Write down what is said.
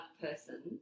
person